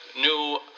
new